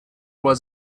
was